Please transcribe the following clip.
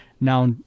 now